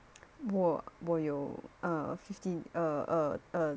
我我有 err fifteen err err err